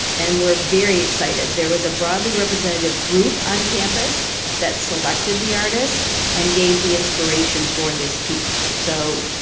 and we're very excited. there was a broadly-representative group on campus that selected the artist and gave the inspiration for this piece. so,